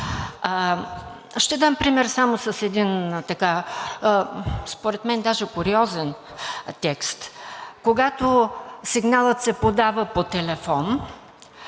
Ще дам пример само с един според мен даже куриозен текст, когато сигналът се подава по телефон,